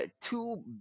two